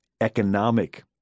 economic